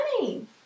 money